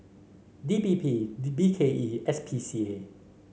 D P P B K E S P C A